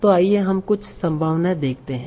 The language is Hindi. तो आइए हम कुछ संख्याएँ देखते हैं